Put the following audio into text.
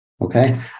okay